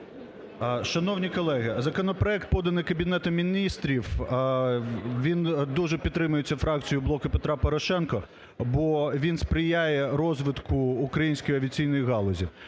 Шановні колеги, законопроект поданий Кабінетом Міністрів, він дуже підтримується фракцією "Блока Петра Порошенка", бо він сприяє розвитку української авіаційної галузі.